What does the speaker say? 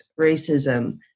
racism